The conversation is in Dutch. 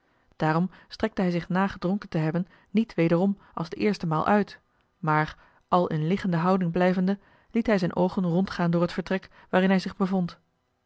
daarom strekte hij zich na gedronken te hebben niet wederom als de eerste maal uit maar al in liggende houding blijvende liet hij zijn oogen rondgaan door het vertrek waarin hij zich bevond